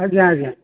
ଆଜ୍ଞା ଆଜ୍ଞା